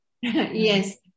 Yes